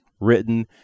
written